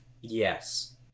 Yes